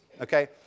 Okay